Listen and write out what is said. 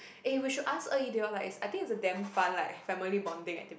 eh we should ask Er-Yi they all like is I think is a damn fun like family bonding activity